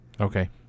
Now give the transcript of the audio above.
okay